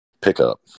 pickup